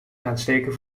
aansteken